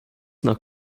nach